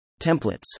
Templates